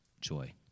joy